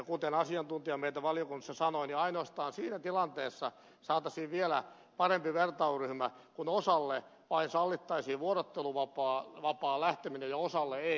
kuten asiantuntija meille valiokunnassa sanoi ainoastaan siinä tilanteessa saataisiin vielä parempi vertailuryhmä kun osalle vain sallittaisiin vuorotteluvapaalle lähteminen ja osalle ei